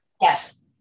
yes